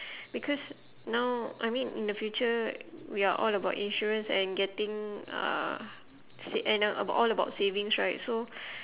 because now I mean in the future we are all about insurance and getting uh sa~ and uh all about savings right so